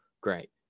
Great